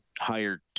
hired